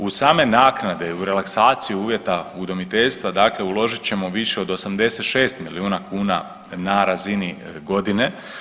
U same naknade, u relaksaciju uvjeta udomiteljstva, dakle uložit ćemo više od 86 milijuna kuna na razini godine.